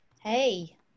Hey